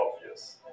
obvious